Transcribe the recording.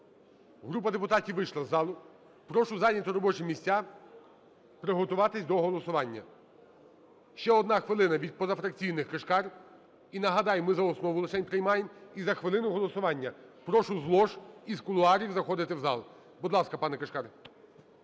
група депутатів вийшла з залу. Прошу зайняти робочі місця, приготуватись до голосування. Ще одна хвилина від позафракційних – Кишкар. І нагадаю, ми за основу лишень приймаємо. І за хвилину голосування. Прошу з лож, із кулуарів заходити в зал. Будь ласка, пане Кишкар.